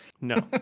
No